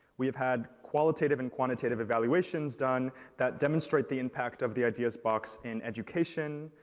we have had qualitative and quantitative evaluations done that demonstrate the impact of the ideas box in education,